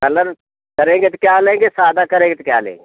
colour करेंगे तो क्या लेंगे सादा करेंगे तो क्या लेंगे